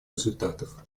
результатов